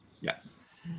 Yes